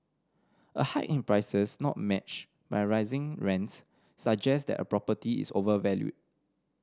a hike in prices not matched by rising rents suggest that a property is overvalued